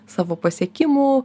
savo pasiekimų